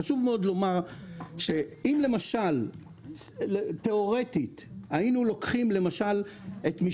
חשוב מאוד לומר שאם למשל תיאורטית היינו לוקחים את משמרות